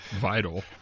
vital